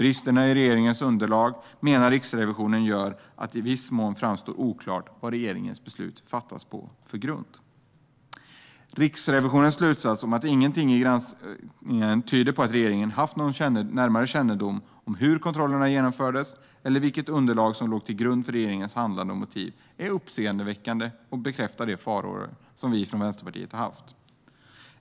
Riksrevisionen menar att bristerna i regeringens underlag gör att det i viss mån framstår som oklart på vilken grund regeringens beslut har fattats. Riksrevisionens slutsats om att ingenting i granskningen tyder på att regeringen haft någon närmare kännedom om hur kontrollerna genomfördes eller vilket underlag som låg till grund för regeringens handlande och motiv är uppseendeväckande och bekräftar de farhågor som vi från Vänsterpartiet haft.